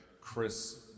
Chris